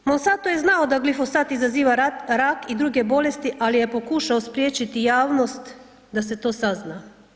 Monsanto je znao da glifosat izaziva rak i druge bolesti ali je pokušao spriječiti javnost da se to sazna.